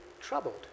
troubled